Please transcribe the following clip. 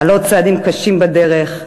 על עוד צעדים קשים בדרך.